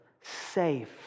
safe